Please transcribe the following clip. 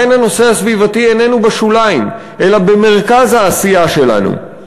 לכן הנושא הסביבתי איננו בשוליים אלא במרכז העשייה שלנו.